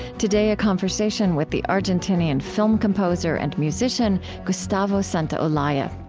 today, a conversation with the argentinian film composer and musician, gustavo santaolalla.